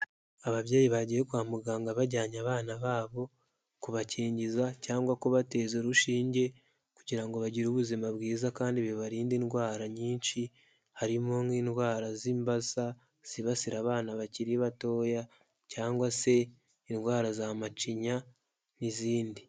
Ababyeyi bagiye kwa muganga bajyanye abana babo, kubakingiza cyangwa kubateza urushinge, kugira ngo bagire ubuzima bwiza kandi bibarindade indwara nyinshi, harimo nk'indwara z'imbasa, zibasira abana bakiri batoya, cyangwa se indwara za macinya n'izindi.